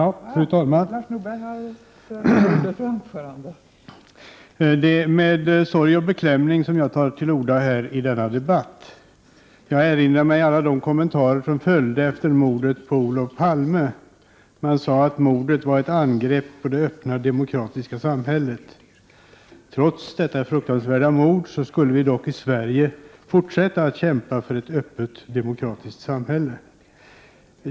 Fru talman! Det är med sorg och beklämning som jag tar till orda i denna debatt. Jag erinrar mig alla de kommentarer som följde efter mordet på Olof Palme. Man sade att mordet var ett angrepp på det öppna demokratiska samhället. Trots det fruktansvärda mordet skulle vi i Sverige fortsätta att kämpa för ett öppet demokratiskt samhälle.